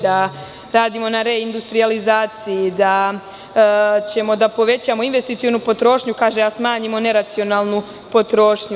Da radimo na reindustralizaciji, da ćemo da povećamo investicionu potrošnju, a smanjimo neracionalnu potrošnju.